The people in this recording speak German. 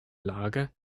lage